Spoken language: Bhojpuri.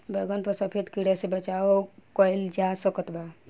बैगन पर सफेद कीड़ा से कैसे बचाव कैल जा सकत बा?